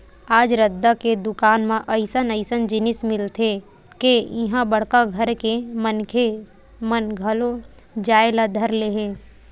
आज रद्दा के दुकान म अइसन अइसन जिनिस मिलथे के इहां बड़का घर के मनखे मन घलो जाए ल धर ले हे